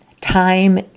time